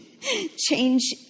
Change